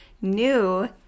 new